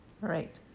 Right